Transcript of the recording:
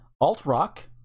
Alt-Rock